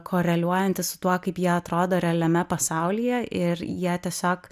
koreliuojantis su tuo kaip jie atrodo realiame pasaulyje ir jie tiesiog